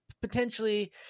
potentially